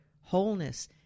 wholeness